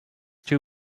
two